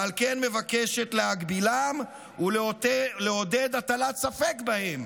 ועל כן מבקשת להגבילם ולעודד הטלת ספק בהם.